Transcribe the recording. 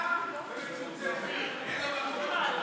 יש פחות מדי שרים, צריך עוד שר אחד.